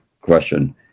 question